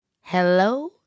Hello